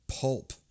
pulp